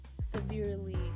severely